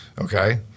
okay